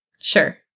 Sure